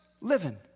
living